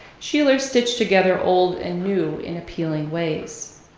sheeler stitched together old and new in appealing ways.